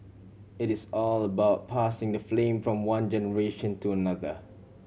it is all about passing the flame from one generation to another